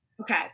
Okay